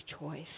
choice